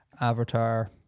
Avatar